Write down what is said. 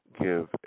give